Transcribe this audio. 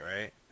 right